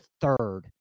third